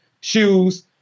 shoes